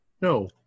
No